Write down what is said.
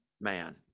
man